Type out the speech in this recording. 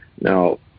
Now